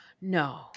No